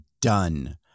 done